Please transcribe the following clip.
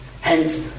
Hence